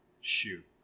shoot